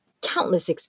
Countless